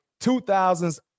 2000s